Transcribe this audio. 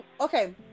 okay